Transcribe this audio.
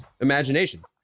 imagination